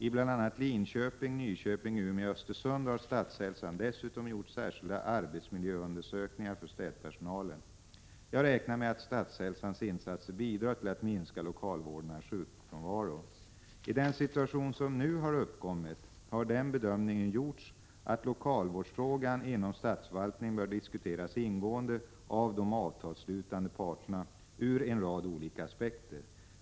I bl.a. Linköping, Nyköping, Umeå och Östersund har Statshälsan dessutom gjort särskilda arbetsmiljöundersökningar för städpersonal. Jag räknar med att Statshälsans insatser bidrar till att minska lokalvårdarnas sjukfrånvaro. I den situation som nu har uppkommit har den bedömningen gjorts att lokalvårdsfrågan inom statsförvaltningen bör diskuteras ingående av de avtalsslutande parterna ur en rad olika aspekter.